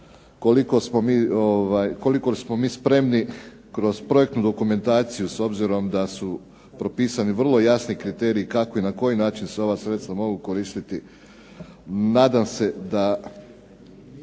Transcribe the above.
Koliko smo mi spremni kroz projektnu dokumentaciju s obzirom da su propisani vrlo jasni kriteriji kako i na koji način se ova sredstva mogu koristiti. Nadam se da